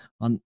on